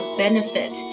benefit